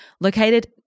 located